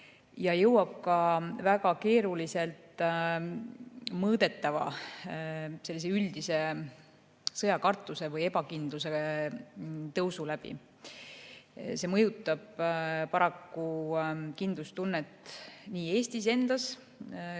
meieni] väga keeruliselt mõõdetava üldise sõjakartuse või ebakindluse tõusu läbi. See mõjutab paraku kindlustunnet nii Eestis endas,